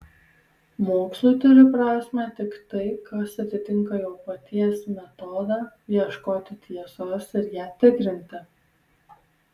mokslui turi prasmę tik tai kas atitinka jo paties metodą ieškoti tiesos ir ją tikrinti